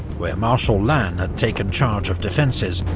where marshal lannes had taken charge of defences,